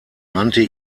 nannte